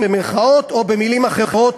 או במילים אחרות,